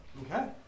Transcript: Okay